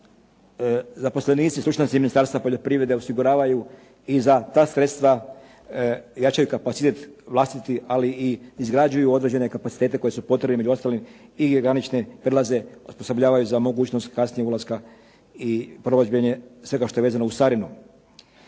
zaposlenici i stručnjaci Ministarstva poljoprivrede osiguravaju i za ta sredstva jačaju kapacitet vlastitih, ali i izgrađuju određene kapacitete koji su potrebni među ostalim i granične prijelaze osposobljavaju za mogućnost kasnijeg ulaska i provođenje svega što je vezano uz carinu.